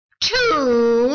Two